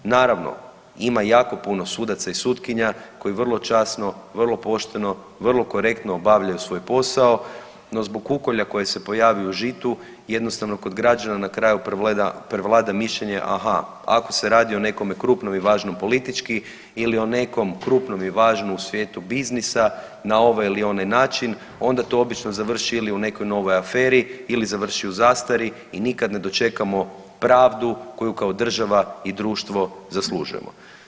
Naravno, ima i jako puno sudaca i sutkinja koji vrlo časno, vrlo pošteno, vrlo korektno obavljaju svoj posao no zbog kukolja koji se pojavio u žitu jednostavno kod građana na kraju prevlada mišljenje aha ako se radi o nekome krupnom i važnom politički ili o nekom krupnom i važnom u svijetu biznisa na ovaj ili onaj način onda to obično završi ili u nekoj novoj aferi ili završi u zastari i nikad ne dočekamo pravdu koju kao država i društvo zaslužujemo.